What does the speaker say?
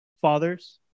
fathers